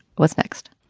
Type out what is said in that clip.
what's next?